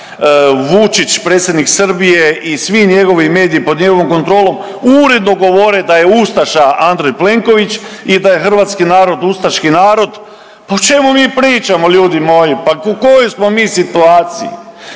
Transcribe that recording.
Vučić predsjednik Srbije i svi njegovi mediji pod njegovom kontrolom uredno govore da je ustaša Andrej Plenković i da je hrvatski narod ustaški narod. Pa o čemu mi pričamo ljudi moji, pa u kojoj smo mi situaciji.